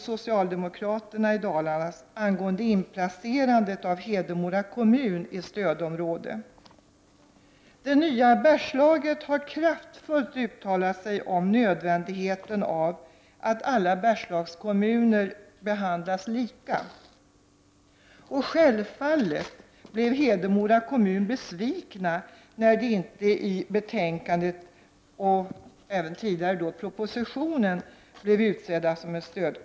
Socialdemokraterna i Dalarna har en motion angående inplacering av Hedemora kommun i stödområde. Det nya Bergslaget har kraftfullt uttalat sig om nödvändigheten av att alla Bergslagens kommuner behandlas lika. Självfallet blev man i Hedemora kommun besviken när Hedemora inte blev utsedd som stödområdeskommun i propositionen och betänkandet.